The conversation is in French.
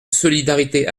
solidarité